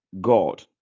God